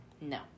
No